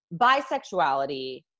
bisexuality